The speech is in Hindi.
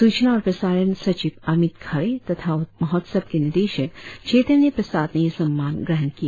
सूचना और प्रसारण सचिव अमित खरे तथा महोत्सव के निदेशक चैतन्य प्रसाद ने यह सम्मान ग्रहण किया